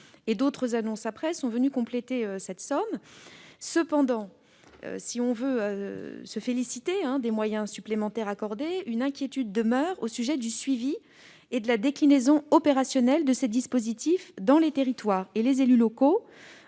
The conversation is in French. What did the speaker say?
; des annonces ultérieures sont venues compléter cette somme. Cependant, si nous nous félicitons des moyens supplémentaires accordés, une inquiétude demeure au sujet du suivi et de la déclinaison opérationnelle de ces dispositifs dans les territoires. Les élus locaux